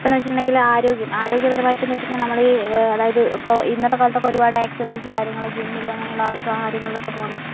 ഇപ്പോഴെന്ന് വെച്ചിട്ടുണ്ടെങ്കിൽ ആരോഗ്യം ആരോഗ്യപരമായിട്ടെന്ന് വെച്ചിട്ടുണ്ടെങ്കിൽ നമ്മളെ ഈ അതായത് ഇപ്പോൾ ഇന്നത്തെ കാലത്ത് ഒരുപാട് എക്സർസൈസ് കാര്യങ്ങൾ ജിമ്മിൽ അങ്ങനെയുള്ള കാര്യങ്ങൾ ഒക്കെ പോകുന്നു